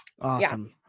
awesome